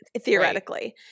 theoretically